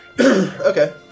Okay